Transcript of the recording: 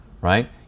right